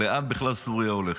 לאן בכלל סוריה הולכת.